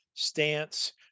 stance